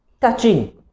touching